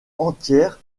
entières